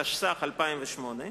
התשס"ט 2008,